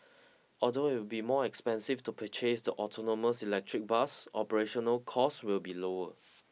although it will be more expensive to purchase the autonomous electric bus operational cost will be lower